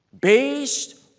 based